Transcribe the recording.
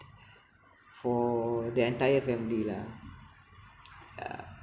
for the entire family lah yeah